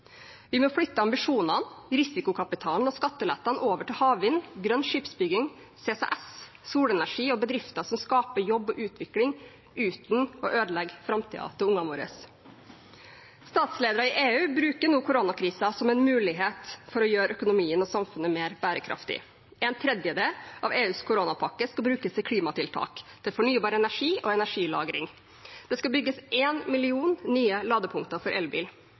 Vi må flytte ambisjonene, risikokapitalen og skattelettene over til havvind, grønn skipsbygging, CCS, solenergi og bedrifter som skaper jobb og utvikling uten å ødelegge framtiden til ungene våre. Statsledere i EU bruker nå koronakrisen som en mulighet for å gjøre økonomien og samfunnet mer bærekraftig. En tredjedel av EUs koronapakke skal brukes til klimatiltak, til fornybar energi og energilagring. Det skal bygges én million nye ladepunkter for elbil.